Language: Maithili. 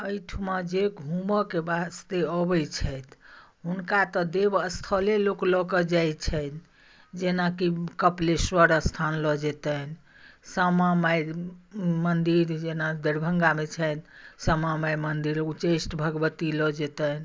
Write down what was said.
एहिठमा जे घू घूमऽके वास्ते अबै छै हुनका तऽ देव स्थले लोक लअ कऽ जाइ छन्हि जेना कि कपिलेश्वर स्थान लअ जेतनि श्यामा माय मन्दिर जेना दरभङ्गामे छथि श्यामा माय मन्दिर उच्चैठ भगवती लअ जेतनि